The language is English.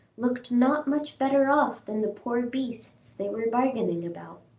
looked not much better off than the poor beasts they were bargaining about.